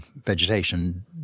vegetation